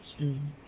mm